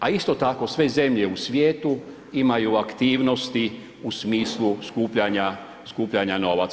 A isto tako sve zemlje u svijetu imaju aktivnosti u smislu skupljanja novaca.